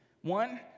One